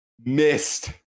Missed